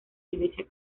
iglesia